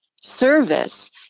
service